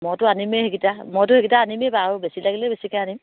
মইতো আনিমেই সেইকেইটা মইতো সেইকেইটা আনিমে বাৰু বেছি লাগিলে বেছিকৈ আনিম